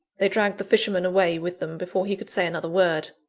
they dragged the fisherman away with them before he could say another word.